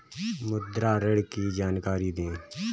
मुद्रा ऋण की जानकारी दें?